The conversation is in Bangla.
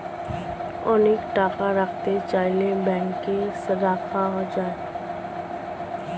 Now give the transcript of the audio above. অনেক টাকা রাখতে চাইলে ব্যাংকে রাখা যায়